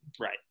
Right